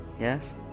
Yes